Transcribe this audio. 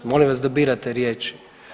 Molim vas da birate riječi.